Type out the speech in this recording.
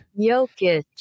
Jokic